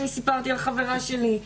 אני סיפרתי לחברה שלי,